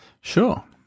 sure